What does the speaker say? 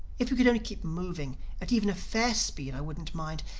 if we could only keep moving at even a fair speed, i wouldn't mind.